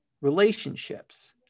relationships